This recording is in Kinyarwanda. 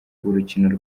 urukino